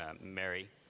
Mary